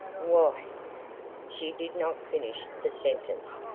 why she did not finish the sentence,